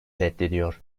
reddediyor